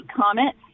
comment